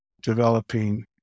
developing